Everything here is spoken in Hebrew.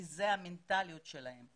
כי זאת המנטליות שלהם.